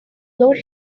lord